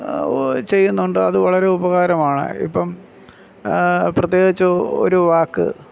ചെയ്യുന്നുണ്ട് അതുവളരെ ഉപകാരമാണ് ഇപ്പം പ്രത്യേകിച്ച് ഒരു വാക്ക്